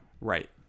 Right